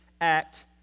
act